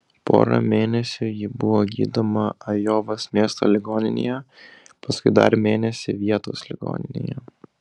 porą mėnesių ji buvo gydoma ajovos miesto ligoninėje paskui dar mėnesį vietos ligoninėje